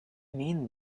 mean